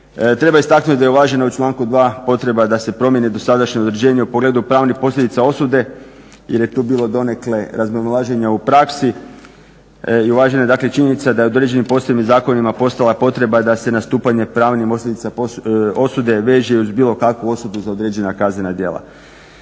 Treba istaknuti da je uvaženo u članku 2. potreba da se promijeni dosadašnje određenje u pogledu pravnih posljedica osude jer je tu bilo donekle razmimoilaženja u praksi i uvažena je dakle činjenica da je određenim posebnim zakonima postala potreba da se nastupanje pravnih posljedica osude veže i uz bilo kakvu osudu za određena kaznena djela.